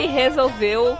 resolveu